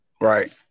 Right